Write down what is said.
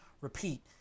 repeat